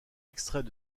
extraits